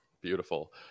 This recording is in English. Beautiful